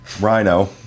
Rhino